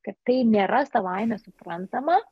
kad tai nėra savaime suprantama